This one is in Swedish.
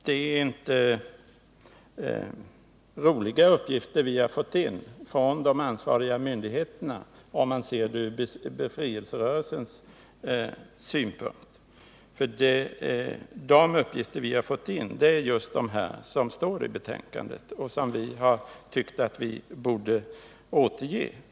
Det är inte roliga uppgifter vi har fått in från de ansvariga myndigheterna, om man ser det ur befrielserörelsens synpunkt. De uppgifter vi har fått in är nämligen just de som står i betänkandet och som vi har tyckt att vi borde återge.